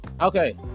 Okay